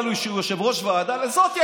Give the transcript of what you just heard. סמכויות מהוועדה הזאת.